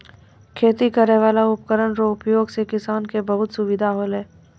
खेती करै वाला उपकरण रो उपयोग से किसान के बहुत सुबिधा होलै